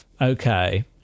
Okay